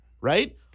right